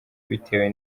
bitewe